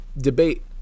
debate